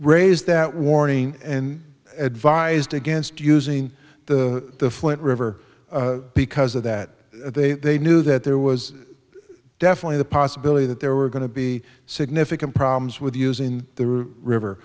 raised that warning and advised against using the flint river because of that they knew that there was definitely the possibility that there were going to be significant problems with using the river